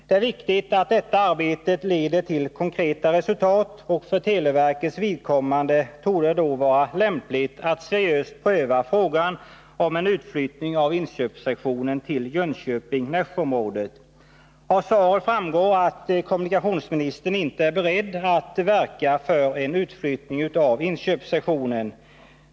Det är viktigt att detta arbete leder till konkreta resultat, och för televerkets vidkommande torde det då vara lämpligt att seriöst pröva frågan om en utflyttning av inköpssektionen till Jönköping-Nässjö-området. Av svaret framgår att kommunikationsministern inte är beredd att verka för en utflyttning av inköpssektionen.